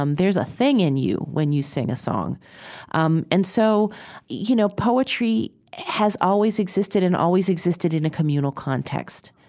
um there's a thing in you when you sing a song um and so you know poetry has always existed and always existed in a communal context.